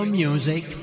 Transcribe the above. music